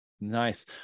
nice